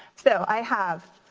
so i have